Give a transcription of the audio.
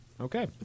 okay